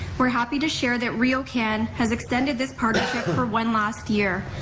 we're happy to share that riocan has extended this partnership for one last year.